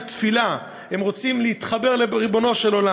את התפילה.